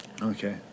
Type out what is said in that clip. Okay